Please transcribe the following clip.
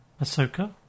Ahsoka